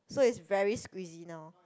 so is very squeezy now